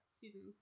seasons